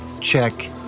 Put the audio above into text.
check